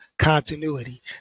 continuity